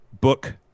book